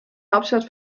hauptstadt